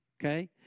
okay